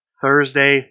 Thursday